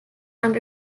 and